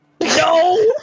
No